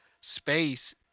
space